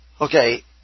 Okay